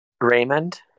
Raymond